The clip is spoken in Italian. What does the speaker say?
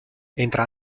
entra